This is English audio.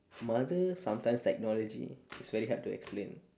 mother sometimes technology is very hard to explain